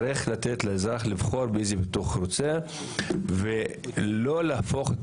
צריך לתת לאזרח לבחור באיזה ביטוח הוא רוצה ולא להפוך את